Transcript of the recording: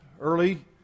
early